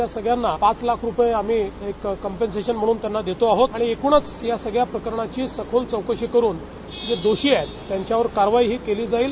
त्या सगळ्यांना पाच लाख स्टपे आम्ही कंम्पनशेशन म्हणून देत आहोत आणि एकूणच या सगळ्या प्रकरणाची सखोल चौकशी करून जे दोषी आहेत त्यांच्यावर कारवाई देखिल केली जाईल